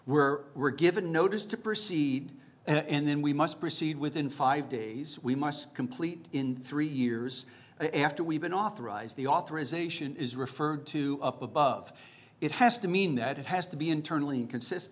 were were given notice to proceed and then we must proceed within five days we must complete in three years after we've been authorized the authorization is referred to up above it has to mean that it has to be internally consist